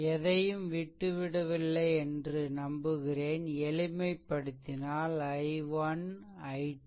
எதையும் விட்டுவிடவில்லை என்று நம்புகிறேன் எளிமைபடுத்தினால் i1 i2